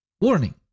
Warning